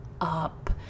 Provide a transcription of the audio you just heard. up